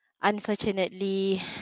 unfortunately